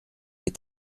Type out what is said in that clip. est